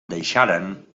deixaren